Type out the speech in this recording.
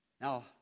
Now